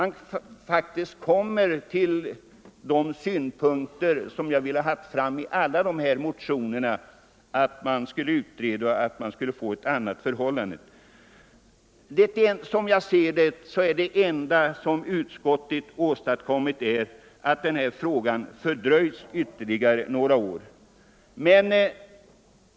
Nu har man ju ändå nått dit jag syftade med alla de här motionerna, nämligen till en utredning för att åstadkomma ett annat förhållande. Det enda utskottet åstadkommit är att den här frågan fördröjts ytterligare några år.